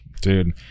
Dude